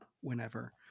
whenever